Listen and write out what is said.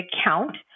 account